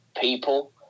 people